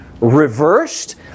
reversed